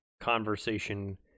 conversation